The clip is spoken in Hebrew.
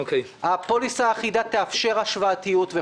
הפוליסה האחידה תאפשר השוואתיות.